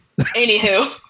anywho